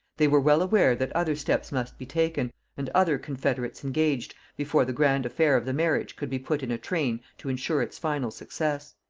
they were well aware that other steps must be taken, and other confederates engaged, before the grand affair of the marriage could be put in a train to ensure its final success.